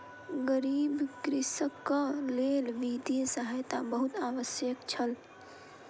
गरीब कृषकक लेल वित्तीय सहायता बहुत आवश्यक छल